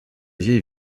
vieille